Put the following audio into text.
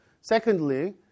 Secondly